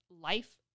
life